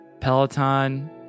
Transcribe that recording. Peloton